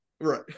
right